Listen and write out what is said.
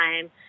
time